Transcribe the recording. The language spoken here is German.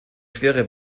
schwere